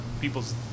people's